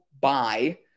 buy